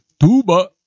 tuba